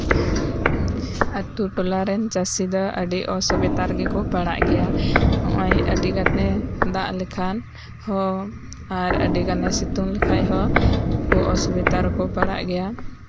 ᱟᱹᱛᱩ ᱴᱚᱞᱟᱨᱮᱱ ᱪᱟᱹᱥᱤ ᱫᱚ ᱟᱹᱰᱤ ᱚᱥᱩᱵᱤᱫᱷᱟ ᱨᱮᱜᱮ ᱠᱚ ᱯᱟᱲᱟᱜ ᱜᱮᱭᱟ ᱱᱚᱜᱼᱚᱭ ᱟᱹᱰᱤ ᱜᱟᱱᱮ ᱫᱟᱜ ᱞᱮᱠᱷᱟᱱ ᱦᱚᱸ ᱟᱨ ᱟᱹᱰᱤ ᱜᱟᱱᱮ ᱥᱤᱛᱩᱝ ᱞᱮᱠᱷᱟᱱ ᱦᱚᱸ ᱦᱚᱲ ᱠᱷᱩᱵ ᱚᱥᱩᱵᱤᱫᱷᱟ ᱨᱮᱠᱚ ᱯᱟᱲᱟᱜ ᱜᱮᱭᱟ